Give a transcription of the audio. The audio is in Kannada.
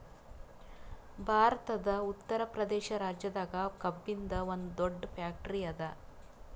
ಭಾರತದ್ ಉತ್ತರ್ ಪ್ರದೇಶ್ ರಾಜ್ಯದಾಗ್ ಕಬ್ಬಿನ್ದ್ ಒಂದ್ ದೊಡ್ಡ್ ಫ್ಯಾಕ್ಟರಿ ಅದಾ